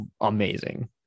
amazing